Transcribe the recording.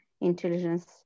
intelligence